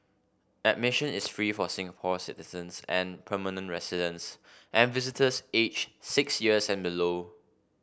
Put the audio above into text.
admission is free for Singapore citizens and permanent residents and visitors aged six years and below